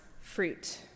fruit